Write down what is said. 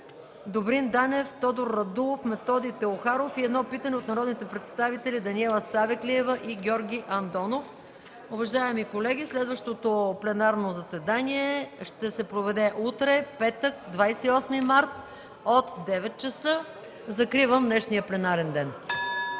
Добрин Данев; Тодор Радулов; и Методи Теохаров, и на едно питане от народните представители Даниела Савеклиева и Георги Андонов. Уважаеми колеги, следващото пленарно заседание ще се проведе утре – петък, 28 март, от 9,00 ч. Закривам днешния пленарен ден. (Звъни.)